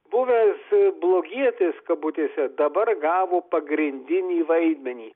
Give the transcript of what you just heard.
buvęs blogietis kabutėse dabar gavo pagrindinį vaidmenį